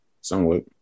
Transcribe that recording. somewhat